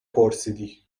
پرسیدی